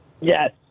Yes